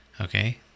okay